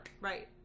Right